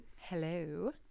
Hello